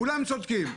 כולם צודקים.